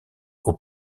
aux